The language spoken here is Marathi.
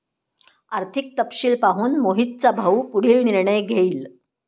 आर्थिक तपशील पाहून मोहितचा भाऊ पुढील निर्णय घेईल